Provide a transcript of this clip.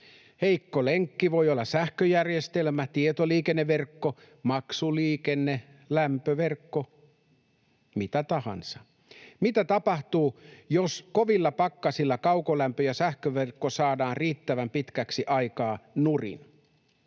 Heikko lenkki voi olla sähköjärjestelmä, tietoliikenneverkko, maksuliikenne, lämpöverkko — mitä tahansa. Mitä tapahtuu, jos kovilla pakkasilla kaukolämpö- ja sähköverkko saadaan riittävän pitkäksi aikaa nurin?